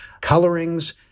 colorings